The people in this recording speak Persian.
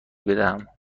بدهم